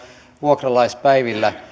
vuokralaispäivillä